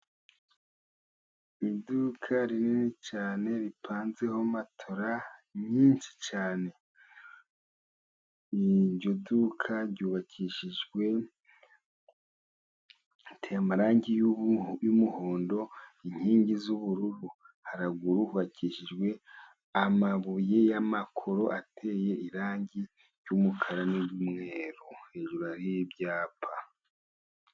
Iduka rinini cyane ripanzeho matora nyinshi cyane, iryo duka ryubakishijwe riteye amarangi y'umuhondo, inkingi z'ubururu, haruguru hakikijwe amabuye y'amakoro ateye irangi ry'umukara n'umweru hejuru hariho ibyapa.